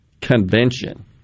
Convention